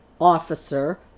officer